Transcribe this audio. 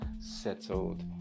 Settled